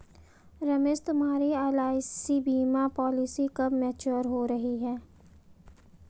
रमेश तुम्हारी एल.आई.सी बीमा पॉलिसी कब मैच्योर हो रही है?